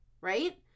Right